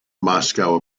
moscow